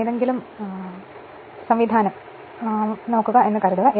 എന്തെങ്കിലും സംവിധാനം വാങ്ങുക എന്ന് കരുതുക